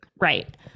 Right